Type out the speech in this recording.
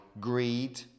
greed